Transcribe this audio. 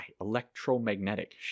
electromagnetic